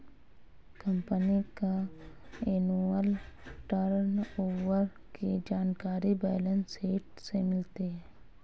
company का annual turnover की जानकारी बैलेंस शीट से मिलती है